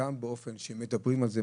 הם גם מדברים על זה,